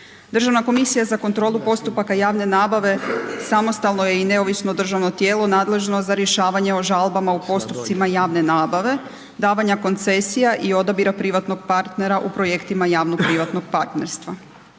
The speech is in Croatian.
Državna komisija za kontrolu postupaka javne nabave samostalno je i neovisno državno tijelo nadležno za rješavanje o žalbama u postupcima javne nabave, davanja koncesija i odabira privatnog partnera u projektima javno-privatnog partnerstva.